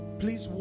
please